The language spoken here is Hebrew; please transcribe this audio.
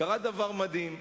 קרה דבר מדהים.